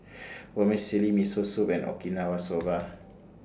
Vermicelli Miso Soup and Okinawa Soba